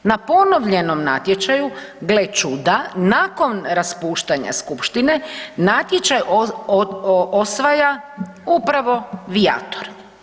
Na ponovljenom natječaju, gle čuda, nakon raspuštanja skupštine natječaj osvaja upravo „Viator“